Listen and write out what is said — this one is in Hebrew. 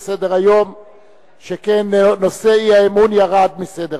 אני קובע שהצעת האי-אמון של סיעות